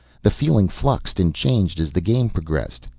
the feeling fluxed and changed as the game progressed.